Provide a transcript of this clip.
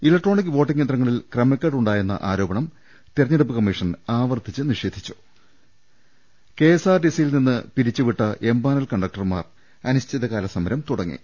electronic voting യന്ത്രങ്ങളിൽ ക്രമക്കേടുണ്ടായെന്ന ആരോപണം തെരഞ്ഞെടുപ്പ് കമ്മീഷൻ നിഷേധിച്ചു കെഎസ്ആർടിസിയിൽ നിന്ന് പിരിച്ചു വിട്ട എംപാനൽ കണ്ട ക്ടർമാർ അനിശ്ചിതകാല സമരം തുടങ്ങി